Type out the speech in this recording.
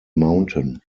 mountain